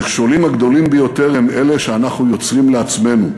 המכשולים הגדולים ביותר הם אלה שאנחנו יוצרים לעצמנו.